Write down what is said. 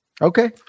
Okay